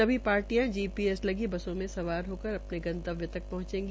सभी पार्टियां जीपीएस लगी बसों में सवार होकर अपने गंत्वय तक पहंचेंगी